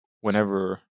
whenever